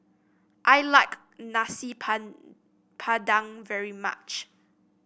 I like Nasi Padang very much